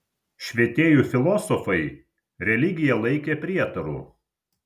švietėjų filosofai religiją laikė prietaru